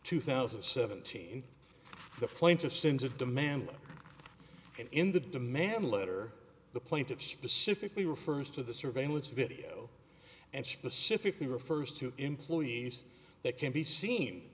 two thousand and seventeen the plaintiff sings a demand and in the demand letter the plaintiff specifically refers to the surveillance video and specifically refers to employees that can be seen